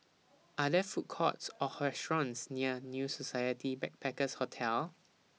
Are There Food Courts Or restaurants near New Society Backpackers' Hotel